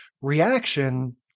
reaction